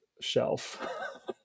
shelf